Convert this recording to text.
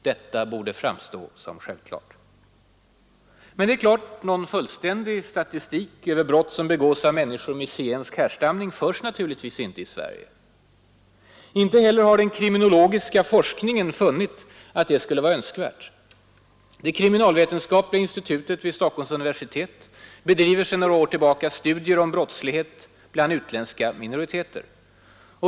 Detta borde framstå som självklart.” Men någon fullständig statistik över brott som begås av människor med zigensk härstamning förs naturligtvis inte i Sverige. Inte heller har den kriminologiska forskningen funnit att det skulle vara önskvärt. Det kriminalvetenskapliga institutet vid Stockholms universitet bedriver sedan några år tillbaka studier om brottslighet bland utländska minoriteter.